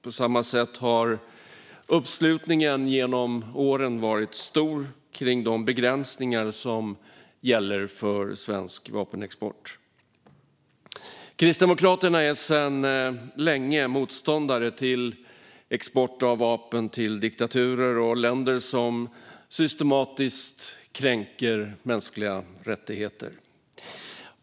På samma sätt har uppslutningen genom åren varit stor kring de begränsningar som gäller för svensk vapenexport. Kristdemokraterna är sedan länge motståndare till export av vapen till diktaturer och länder som systematiskt kränker mänskliga rättigheter.